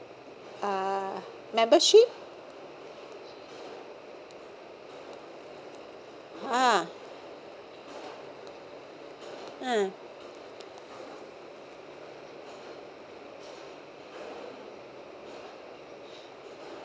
uh membership uh ah